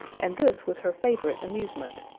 and this was her favourite amusement.